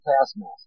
Taskmaster